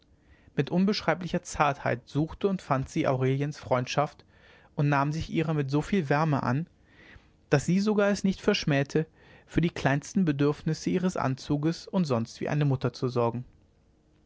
mit unbeschreiblicher zartheit suchte und fand sie aureliens freundschaft und nahm sich ihrer mit so vieler wärme an daß sie sogar es nicht verschmähte für die kleinsten bedürfnisse ihres anzuges und sonst wie eine mutter zu sorgen